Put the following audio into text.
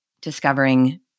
discovering